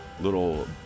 little